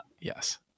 yes